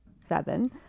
seven